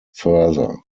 further